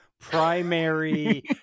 primary